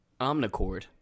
omnicord